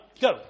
go